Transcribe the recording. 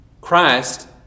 christ